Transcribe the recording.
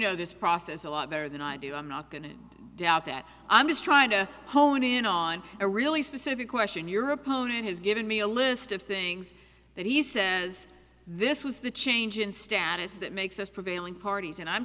know this process a lot better than i do i'm not going to doubt that i'm just trying to hone in on a really specific question your opponent has given me a list of things that he says this was the change in status that makes us prevailing parties and i'm